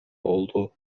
oldu